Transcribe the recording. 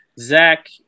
Zach